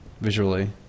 visually